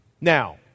Now